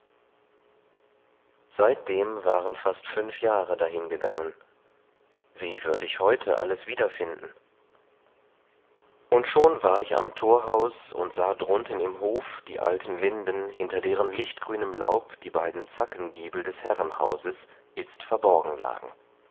seitdem waren fast fünf jahre dahingegangen wie würd ich heute alles wiederfinden und schon war ich am thorhaus und sah drunten im hof die alten linden hinter deren lichtgrünem laub die beiden zackengiebel des herrenhauses itzt verborgen lagen